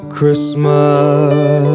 Christmas